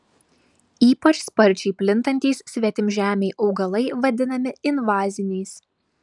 ypač sparčiai plintantys svetimžemiai augalai vadinami invaziniais